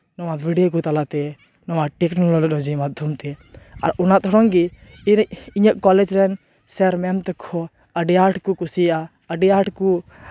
ᱱᱚᱣᱟ ᱵᱷᱤᱰᱭᱳ ᱠᱚ ᱛᱟᱞᱟᱛᱮ ᱱᱚᱣᱟ ᱴᱮᱠᱱᱳᱞᱚᱡᱤ ᱢᱟᱫᱽᱫᱷᱚᱢᱛᱮ ᱟᱨ ᱚᱱᱟ ᱛᱷᱚᱲᱚᱝ ᱜᱮ ᱤᱧᱟᱹᱜ ᱠᱚᱞᱮᱡᱽ ᱨᱮᱱ ᱥᱮᱨ ᱢᱮᱢ ᱛᱟᱠᱚ ᱟᱹᱰᱤ ᱟᱸᱴ ᱠᱚ ᱠᱩᱥᱤᱭᱟᱜᱼᱟ ᱟᱹᱰᱤ ᱟᱸᱴ ᱠᱚ